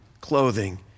clothing